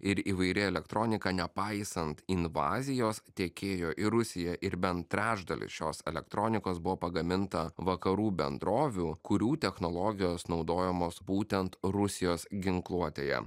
ir įvairi elektronika nepaisant invazijos tekėjo į rusiją ir bent trečdalis šios elektronikos buvo pagaminta vakarų bendrovių kurių technologijos naudojamos būtent rusijos ginkluotėje